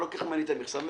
אתה לוקח ממני את המכסה.